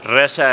näissä